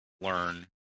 learn